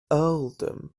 earldom